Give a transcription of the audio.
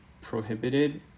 prohibited